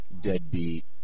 deadbeat